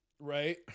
right